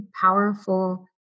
powerful